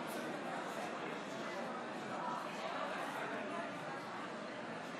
שלוש דקות לרשותך.